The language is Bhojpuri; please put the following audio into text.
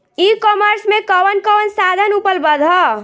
ई कॉमर्स में कवन कवन साधन उपलब्ध ह?